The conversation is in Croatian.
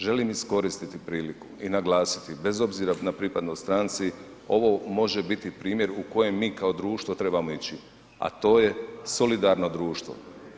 Želim iskoristiti priliku i naglasiti, bez obzira na pripadnost stranci, ovo može biti primjer u kojem mi kao društvo trebamo ići, a to je solidarno društvo.